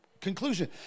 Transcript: conclusion